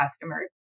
customers